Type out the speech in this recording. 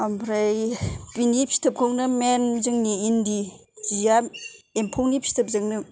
ओमफ्राय बिनि फिथोबखौनो मेइन जोंनि इन्दि जिया एमफौनि फिथोबजोंनो